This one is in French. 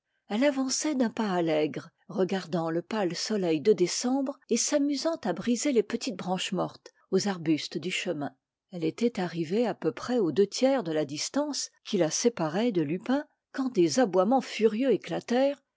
elle avançait d'un pas allègre regardant le pâle soleil de décembre et s'amusant à briser les petites branches mortes aux arbustes du chemin elle était arrivée à peu près aux deux tiers de la distance qui la séparait de lupin quand des aboiements furieux éclatèrent